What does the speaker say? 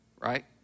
right